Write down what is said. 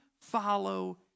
follow